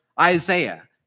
Isaiah